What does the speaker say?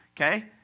okay